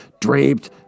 draped